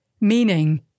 meaning